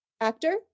actor